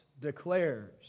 declares